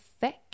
thick